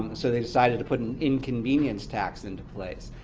so they decided to put an inconvenience tax into place.